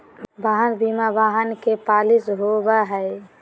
वाहन बीमा वाहन के पॉलिसी हो बैय हइ